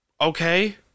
okay